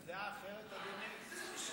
אז דעה אחרת, אדוני?